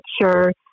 sure